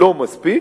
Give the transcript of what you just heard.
לא מספיק.